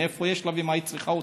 מאיפה יש לה ומה היא צריכה אותו?